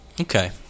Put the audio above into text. Okay